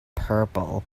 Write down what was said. purple